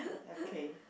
okay